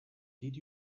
did